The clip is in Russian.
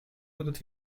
будут